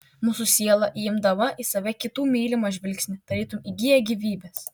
mūsų siela įimdama į save kitų mylimą žvilgsnį tarytum įgyja gyvybės